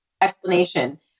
explanation